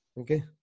Okay